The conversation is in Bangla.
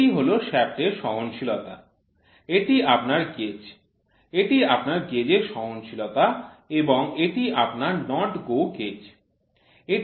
এটি হল শ্য়াফ্ট এর সহনশীলতা এটি আপনার গেজ এটি আপনার গেজের সহনশীলতা এবং এটি আপনার NOT GO গেজ